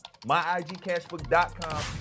myigcashbook.com